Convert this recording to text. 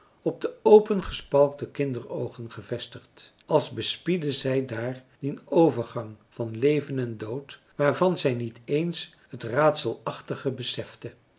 op de opengespalkte kinderoogen gevestigd als bespiedde zij daar dien overgang van leven en dood waarvan zij niet eens het raadselachtige besefte